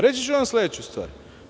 Reći ću vam sledeću stvar.